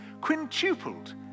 quintupled